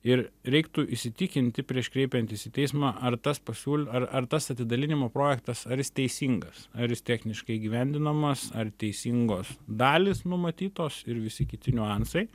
ir reiktų įsitikinti prieš kreipiantis į teismą ar tas pasiūl ar ar tas atidalinimo projektas ar jis teisingas ar jis techniškai įgyvendinamas ar teisingos dalys numatytos ir visi kiti niuansai